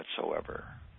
whatsoever